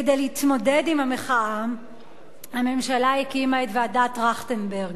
כדי להתמודד עם המחאה הממשלה הקימה את ועדת-טרכטנברג,